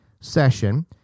session